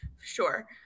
sure